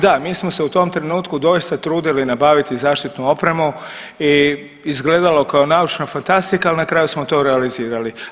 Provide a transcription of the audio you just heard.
Da, mi smo se u tom trenutku doista trudili nabaviti zaštitnu opremu i izgledalo je kao naučna fantastika, ali na kraju smo to realizirali.